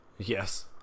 Yes